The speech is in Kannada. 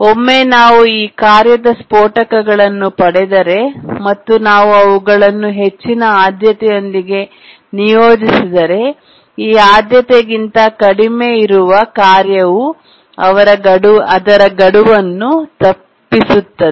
ಒಮ್ಮೆ ನಾವು ಈ ಕಾರ್ಯದ ಸ್ಫೋಟಗಳನ್ನು ಪಡೆದರೆ ಮತ್ತು ನಾವು ಅವುಗಳನ್ನು ಹೆಚ್ಚಿನ ಆದ್ಯತೆಯೊಂದಿಗೆ ನಿಯೋಜಿಸಿದರೆ ಈ ಆದ್ಯತೆಗಿಂತ ಕಡಿಮೆ ಇರುವ ಕಾರ್ಯವು ಅವರ ಗಡುವನ್ನು ತಪ್ಪಿಸುತ್ತದೆ